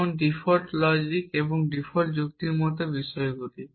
যেমন default logics এবং default যুক্তির মতো বিষয়গুলি